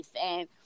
and-